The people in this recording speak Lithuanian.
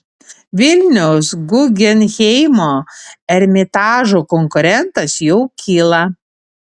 vilniaus guggenheimo ermitažo konkurentas jau kyla